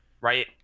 right